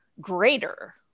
greater